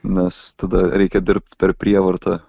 nes tada reikia dirbt per prievartą